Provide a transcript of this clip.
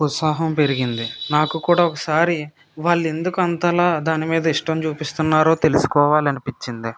ఉత్సాహం పెరిగింది నాకు కూడా ఒకసారి వాళ్ళు ఎందుకు అంతలా దానిమీద ఇష్టం చూపిస్తున్నారో తెలుసుకోవాలనిపించింది